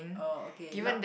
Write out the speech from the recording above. oh okay not